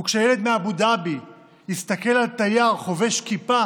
וכשילד מאבו דאבי יסתכל על התייר חובש הכיפה